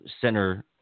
center